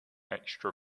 extra